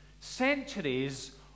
Centuries